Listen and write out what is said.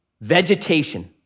vegetation